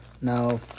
Now